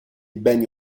beni